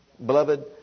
Beloved